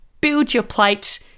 build-your-plate